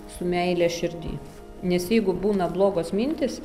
su meile širdy nes jeigu būna blogos mintys